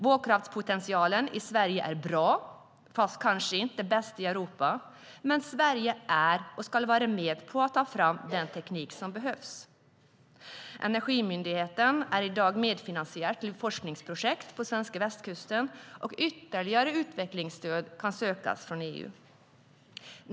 Vågkraftspotentialen i Sverige är bra, fast kanske inte bäst i Europa. Men Sverige är, och ska vara, med om att fram den teknik som behövs. Energimyndigheten är i dag medfinansiär till ett forskningsprojekt på den svenska västkusten, och ytterligare utvecklingsstöd kan sökas från EU.